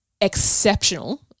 exceptional